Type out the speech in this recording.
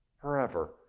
forever